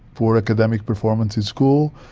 poor academic performance in school,